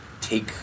take